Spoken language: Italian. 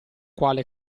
quale